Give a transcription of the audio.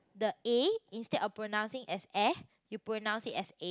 the A instead of pronouncing as air you pronounce it as A